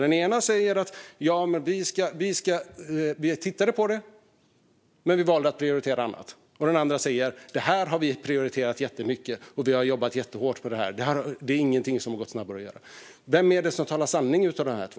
Den ena säger: Vi tittade på det, men vi valde att prioritera annat. Och den andra säger: Det här har vi prioriterat jättemycket, och vi har jobbat jättehårt med det; det hade inte gått att göra snabbare. Vem är det som talar sanning av dessa två?